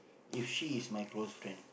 if she is my close friend